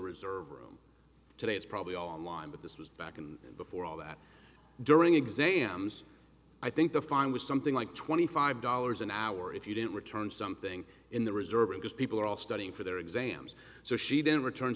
reserve room today it's probably all online but this was back and before all that during exams i think the fine was something like twenty five dollars an hour if you didn't return something in the reserve because people are all studying for their exams so she didn't return